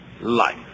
life